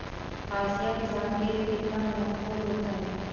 हाशिया किसान के लिए कितना महत्वपूर्ण होता है?